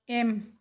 M